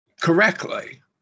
correctly